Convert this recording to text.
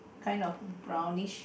kind of brownish